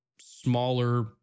smaller